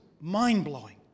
mind-blowing